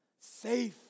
safe